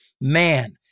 Man